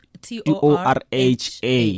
T-O-R-H-A